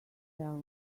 tell